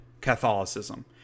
catholicism